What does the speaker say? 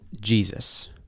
Jesus